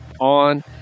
on